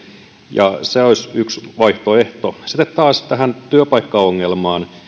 ja se olisi yksi vaihtoehto sitten taas tähän työpaikkaongelmaan